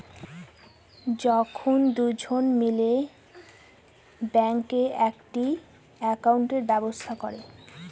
যখন দুজন মিলে ব্যাঙ্কে একটি একাউন্টের ব্যবস্থা করে